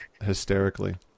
hysterically